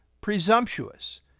presumptuous